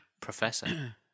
Professor